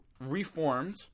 reformed